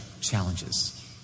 challenges